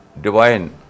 divine